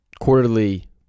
quarterly